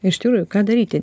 iš tikrųjų ką daryti